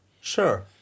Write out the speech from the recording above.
sure